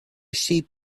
sheep